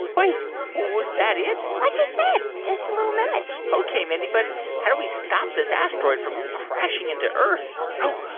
was was that it? like i said, just a little nudge ok, mindy. but how do we stop this asteroid from crashing into earth. oh,